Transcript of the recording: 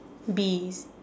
be